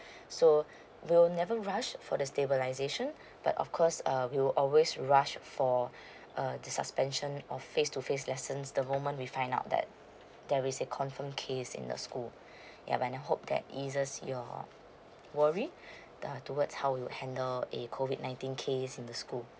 so we'll never rush for the stabilization but of course um we'll always rush for err the suspension of face to face lessons the moment we find out that there is a confirmed case in the school yup and I hope that eases your worry err towards how we handle COVID nineteen case in the school